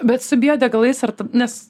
bet su biodegalais ar t nes